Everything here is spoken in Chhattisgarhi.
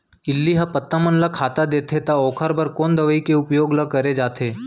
इल्ली ह पत्ता मन ला खाता देथे त ओखर बर कोन दवई के उपयोग ल करे जाथे?